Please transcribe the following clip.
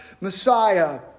Messiah